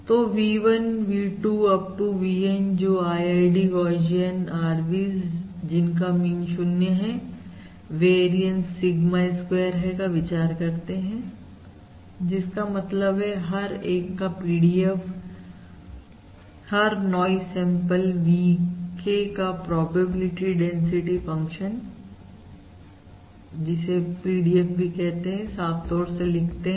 तो V1 V2 Up to VN जो IID Gaussian RVs जिनका मीन 0 वेरियंस सिग्मा स्क्वेयर है का विचार करते हैं जिसका मतलब है हर एक का PDF हर नॉइज सैंपल VK का प्रोबेबिलिटी डेंसिटी फंक्शन जो है PDF इसे और साफ तौर से लिखते हैं